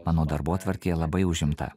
mano darbotvarkė labai užimta